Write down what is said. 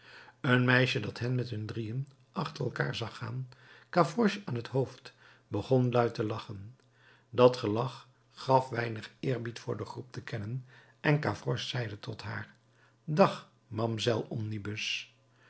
een meisje dat hen met hun drieën achter elkaar zag gaan gavroche aan t hoofd begon luid te lachen dat gelach gaf weinig eerbied voor de groep te kennen en gavroche zeide tot haar dag mamsel omnibus